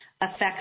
affects